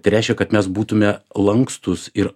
tai reiškia kad mes būtume lankstūs ir